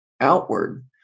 outward